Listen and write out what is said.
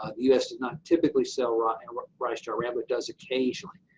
ah the u s. does not typically sell rice and rice to iran but does occasionally,